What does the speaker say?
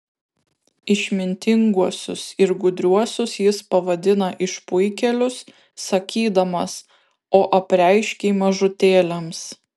išmintinguosius ir gudriuosius jis pavadina išpuikėlius sakydamas o apreiškei mažutėliams